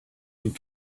and